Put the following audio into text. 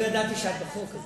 לא ידעתי שאת בחוק הזה.